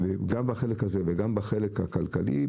גם בחלק הזה וגם בחלק הכלכלי,